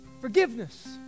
forgiveness